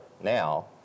now